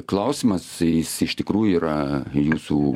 klausimas jis iš tikrų yra jūsų